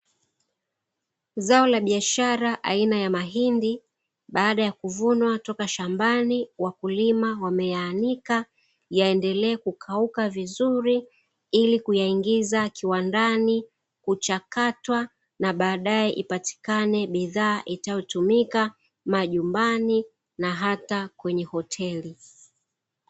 Zao la biashara aina ya mahindi baada ya kuvunwa toka shambani, wakulima wameyaanika yaendelee kukauka vizuri, ili kuyaingiza kiwandani kuchakatwa, na baadae ipatikane bidhaa itakayotumika, majumbani na hata kwenye hoteli.